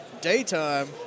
Daytime